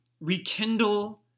Rekindle